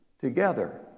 together